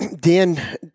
Dan